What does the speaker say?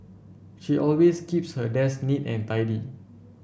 she always keeps her desk neat and tidy